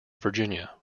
virginia